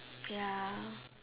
ya